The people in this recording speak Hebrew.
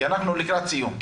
כי אנחנו לקראת סיום.